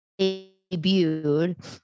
debuted